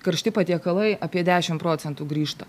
karšti patiekalai apie dešimt procentų grįžta